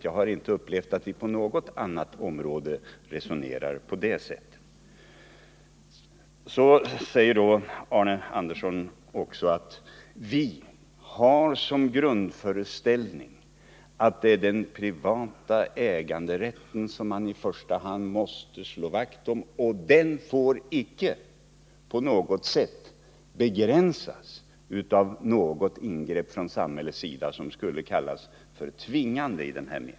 Jag har inte upplevt att vi på något annat område resonerar på detta sätt. Vidare sade Arne Andersson att man har såsom grundföreställning att mani första hand måste slå vakt om den privata äganderätten. Den får inte på något sätt begränsas av några ingrepp från samhället som skulle kunna kallas tvingande.